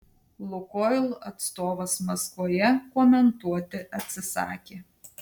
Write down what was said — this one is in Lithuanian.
lukoil atstovas maskvoje komentuoti atsisakė